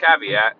caveat